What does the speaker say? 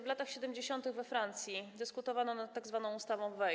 W latach 70. we Francji dyskutowano nad tzw. ustawą Veil.